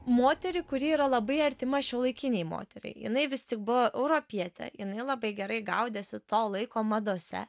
moterį kuri yra labai artima šiuolaikinei moteriai jinai vis tik buvo europietė jinai labai gerai gaudėsi to laiko madose